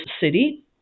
city